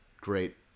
great